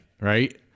right